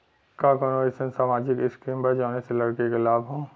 का कौनौ अईसन सामाजिक स्किम बा जौने से लड़की के लाभ हो?